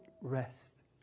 rest